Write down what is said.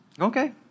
Okay